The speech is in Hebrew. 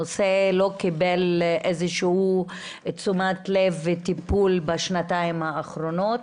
הנושא לא קיבל איזושהי תשומת לב או טיפול בשנתיים האחרונות,